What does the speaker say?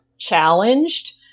challenged